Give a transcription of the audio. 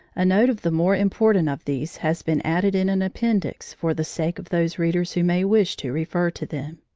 a note of the more important of these has been added in an appendix for the sake of those readers who may wish to refer to them.